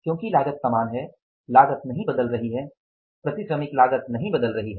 क्योंकि लागत समान है लागत नहीं बदल रही है प्रति श्रमिक लागत नहीं बदल रही है